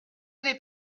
n’est